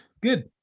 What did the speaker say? Good